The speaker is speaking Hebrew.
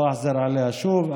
לא אחזור עליה שוב.